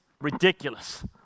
ridiculous